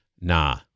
nah